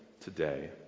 today